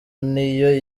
niyo